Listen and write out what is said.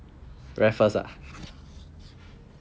raffles ah